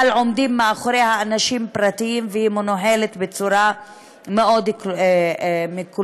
אבל עומדים מאחוריה אנשים פרטיים והיא מנוהלת בצורה מאוד מקולקלת.